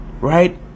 Right